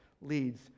leads